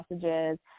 sausages